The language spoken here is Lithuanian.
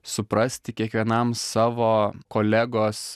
suprasti kiekvienam savo kolegos